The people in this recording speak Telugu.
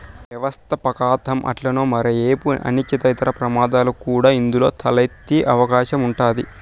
వ్యవస్థాపకతం అట్లనే మరో ఏపు అనిశ్చితి, ఇతర ప్రమాదాలు కూడా ఇందులో తలెత్తే అవకాశం ఉండాది